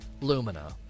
lumina